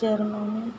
Germany